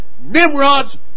Nimrod's